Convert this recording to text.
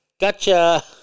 Gotcha